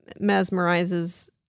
mesmerizes